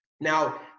Now